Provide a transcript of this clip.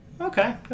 okay